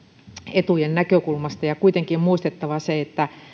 etujen näkökulmasta kuitenkin on muistettava se että